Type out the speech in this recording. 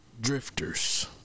drifters